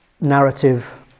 narrative